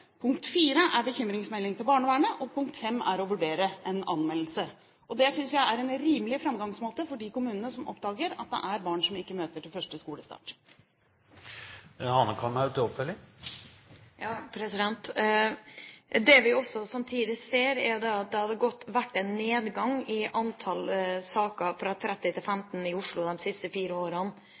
Punkt 4 er bekymringsmelding til barnevernet. Punkt 5 er å vurdere en anmeldelse. Det synes jeg er en rimelig framgangsmåte for de kommunene som oppdager at det er barn som ikke møter til skolestart. Det vi også samtidig ser, er at det har vært en nedgang i antall innrapporterte saker, fra 30 til 15, i Oslo de siste fire årene.